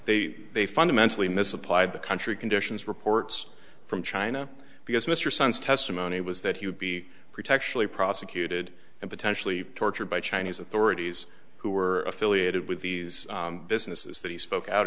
they they fundamentally misapplied the country conditions reports from china because mr son's testimony was that he would be protection prosecuted and potentially tortured by chinese authorities who were affiliated with these businesses that he spoke out